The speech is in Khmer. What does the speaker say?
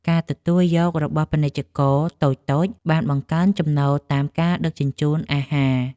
ការទទួលយករបស់ពាណិជ្ជករតូចៗបានបង្កើនចំណូលតាមការដឹកជញ្ជូនអាហារ។